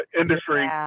industry